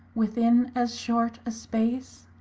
within as short a space,